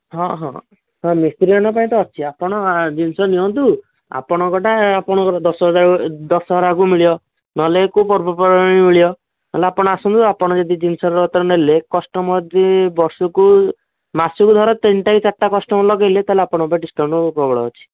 ହଁ ହଁ ମିସ୍ତ୍ରୀମାନଙ୍କ ପାଇଁ ତ ଅଛି ଆପଣ ଜିନିଷ ନିଅନ୍ତୁ ଆପଣଙ୍କଟା ଆପଣଙ୍କର ଦଶହରାକୁ ମିଳିବ ନହେଲେ କେଉଁ ପର୍ବପର୍ବାଣିରେ ମିଳିବ ନହେଲେ ଆପଣ ଆସନ୍ତୁ ଆପଣ ଯଦି ଜିନିଷ ଯଦି ନେଲେ କଷ୍ଟମର ଯଦି ବର୍ଷକୁ ମାସକୁ ଧର ତିନିଟା କି ଚାରିଟା କଷ୍ଟମର ଲଗାଇଲେ ତା'ହେଲେ ଆପଣଙ୍କ ପାଇଁ ଡିସ୍କାଉଣ୍ଟ ପ୍ରବଳ ଅଛି